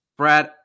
Brad